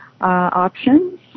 options